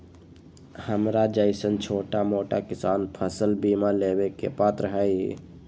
हमरा जैईसन छोटा मोटा किसान फसल बीमा लेबे के पात्र हई?